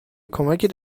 کمکت